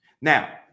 Now